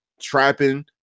trapping